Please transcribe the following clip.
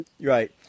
Right